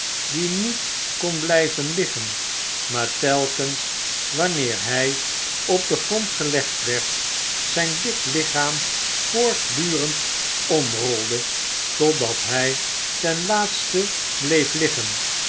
die niet kon blyven liggen maar telkens wanneer hi op den grond gelegd werd zjjn dik lichaam voortdurend omrolde totdat hfl ten laatste bleef liggen